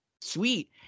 sweet